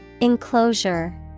Enclosure